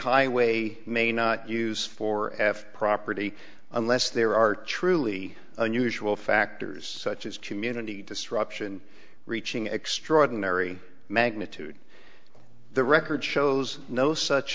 highway may not use for f property unless there are truly unusual factors such as community disruption reaching extraordinary magnitude the record shows no such